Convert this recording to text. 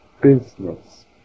business